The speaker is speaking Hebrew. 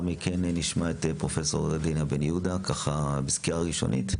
מכן נשמע את פרופ' דינה בן יהודה בסקירה ראשונית.